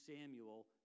Samuel